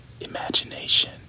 imagination